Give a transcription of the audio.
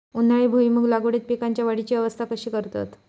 उन्हाळी भुईमूग लागवडीत पीकांच्या वाढीची अवस्था कशी करतत?